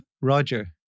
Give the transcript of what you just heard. Roger